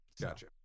Gotcha